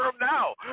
now